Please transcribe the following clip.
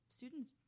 students